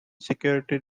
security